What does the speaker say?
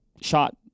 shot